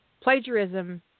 plagiarism